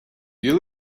you